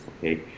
okay